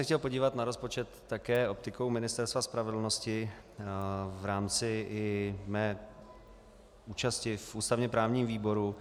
Chtěl bych se podívat na rozpočet také optikou Ministerstva spravedlnosti v rámci i mé účasti v ústavněprávním výboru.